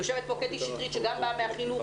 יושבת פה קטי שטרית שגם באה מהחינוך.